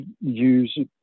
use